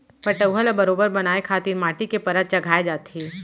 पटउहॉं ल बरोबर बनाए खातिर माटी के परत चघाए जाथे